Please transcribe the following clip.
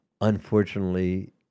Unfortunately